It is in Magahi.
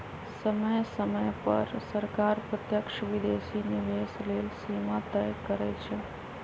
समय समय पर सरकार प्रत्यक्ष विदेशी निवेश लेल सीमा तय करइ छै